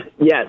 Yes